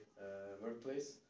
workplace